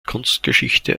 kunstgeschichte